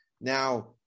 Now